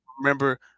remember